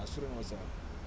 asuran was a